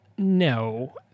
no